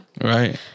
right